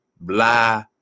blah